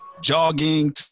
jogging